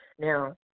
Now